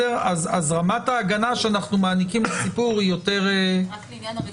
אז רמת ההגנה שאנחנו מעניקים לסיפור היא יותר --- רק לעניין הרישום.